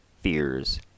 fears